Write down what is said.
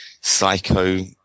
psycho